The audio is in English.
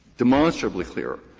demonstrably clearer.